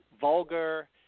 Vulgar